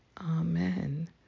Amen